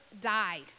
died